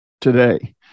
today